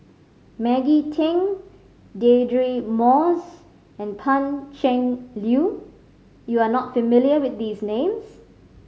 Maggie Teng Deirdre Moss and Pan Cheng Lui you are not familiar with these names